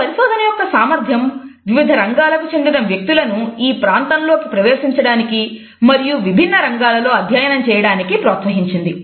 ఈ పరిశోధన యొక్క సామర్థ్యం వివిధ రంగాలకు చెందిన వ్యక్తులను ఈ ప్రాంతంలోకి ప్రవేశించడానికి మరియు విభిన్న రంగాలలో అధ్యయనం చేయడానికి ప్రోత్సహించింది